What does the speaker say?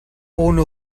ohne